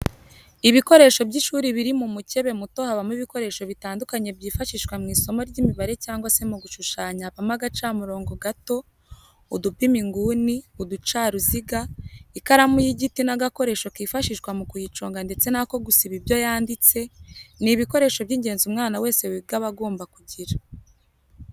Ibikoresho by'ishuri biri mu mukebe muto habamo ibikoresho bitandukanye byifashishwa mu isomo ry'imibare cyangwa se mu gushushanya habamo agacamurongo gato, udupima inguni, uducaruziga, ikaramu y'igiti n'agakoresho kifashishwa mu kuyiconga ndetse n'ako gusiba ibyo yanditse, ni ibikoresho by'ingenzi umwana wese wiga aba agomba kugira.